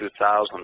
2000